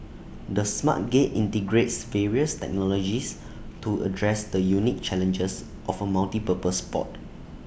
the smart gate integrates various technologies to address the unique challenges of A multipurpose port